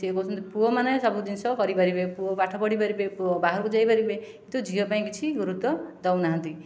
ସେ କହୁଛନ୍ତି ପୁଅମାନେ ସବୁ ଜିନିଷ କରିପାରିବେ ପୁଅ ପାଠପଢ଼ି ପାରିବେ ପୁଅ ବାହାରକୁ ଯାଇ ପାରିବେ କିନ୍ତୁ ଝିଅ ପାଇଁ କିଛି ଗୁରୁତ୍ଵ ଦେଉ ନାହାନ୍ତି